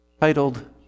titled